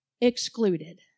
excluded